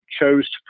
chose